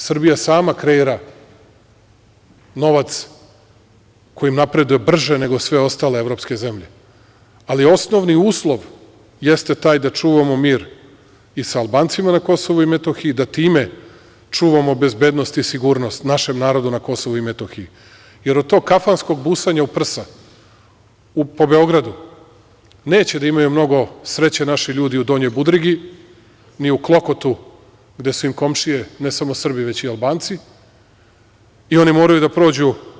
Srbija sama kreira novac kojim napredujem brže nego sve ostale evropske zemlje, ali osnovni uslov jeste taj da čuvamo mir i sa Albancima na Kosovu i Metohiji, da time čuvamo bezbednost i sigurnost našem narodu na Kosovu i Metohiji, jer od tog kafanskog busanja u prsa po Beogradu neće da imaju mnogo sreće naši ljudi u Donjoj Budrigi, ni u Klokotu, gde su im komšije ne samo Srbi, već i Albanci i oni moraju da prođu…